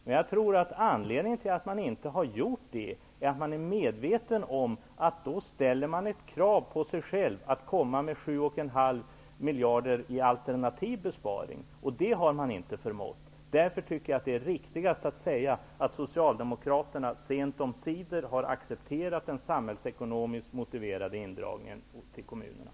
Men jag tror att anledningen till att man inte har gjort det är att man är medveten om att man då står inför kravet att komma fram med ett förslag till en alternativ besparing på 7,5 miljarder. Det har man inte förmått. Det är därför riktigast att säga att Soialdemokraterna sent omsider har accepterat den samhällsekonomiskt motiverade indragningen från kommunerna.